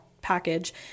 package